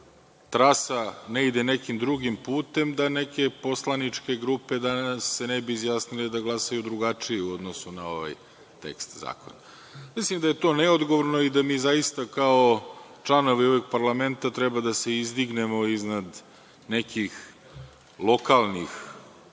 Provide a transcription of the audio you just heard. trasa ne ide nekim drugim putem, da neke poslaničke grupe danas ne bi izjasnile da glasaju drugačije u odnosu na ovaj tekst zakona. Mislim da je to neodgovorno i da mi zaista kao članovi ovog parlamenta treba da se izdignemo iznad nekih lokalnih